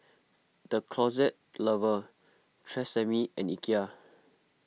the Closet Lover Tresemme and Ikea